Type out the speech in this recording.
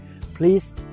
Please